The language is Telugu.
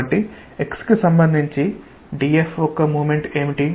కాబట్టి x కి సంబంధించి dF యొక్క మోమెంట్ ఏమిటి